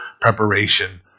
preparation